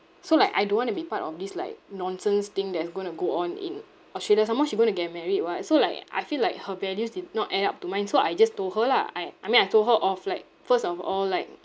so like I don't want to be part of this like nonsense thing that's going to go on in australia some more she going to get married [what] so like I feel like her values did not add up to mine so I just told her lah I I mean I told her off like first of all like